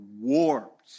warped